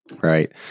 right